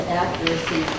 accuracy